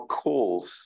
calls